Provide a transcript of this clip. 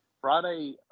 Friday